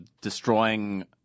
destroying